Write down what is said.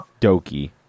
doki